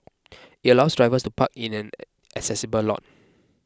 it allows drivers to park in an accessible lot